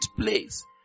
place